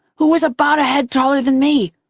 who was about a head taller than me,